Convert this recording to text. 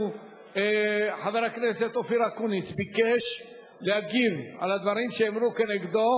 חבר הכנסת אופיר אקוניס ביקש להגיב על הדברים שנאמרו כנגדו,